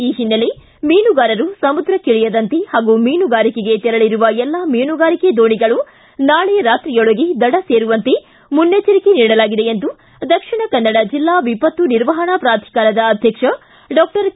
ಈ ಹಿನ್ನೆಲೆ ಮೀನುಗಾರರು ಸಮುದ್ರಕ್ಕಿಳಿಯದಂತೆ ಹಾಗೂ ಮೀನುಗಾರರಿಕೆಗೆ ತೆರಳಿರುವ ಎಲ್ಲಾ ಮೀನುಗಾರಿಕೆ ದೋಣಿಗಳು ನಾಳೆ ರಾತ್ರಿಯೊಳಗೆ ದಡ ಸೇರುವಂತೆ ಮುನ್ನೆಚ್ಚರಿಕೆ ನೀಡಲಾಗಿದೆ ಎಂದು ದಕ್ಷಿಣ ಕನ್ನಡ ಜಿಲ್ಲಾ ವಿಪತ್ತು ನಿರ್ವಹಣಾ ಪ್ರಾಧಿಕಾರದ ಅಧ್ಯಕ್ಷ ಡಾಕ್ಟರ್ ಕೆ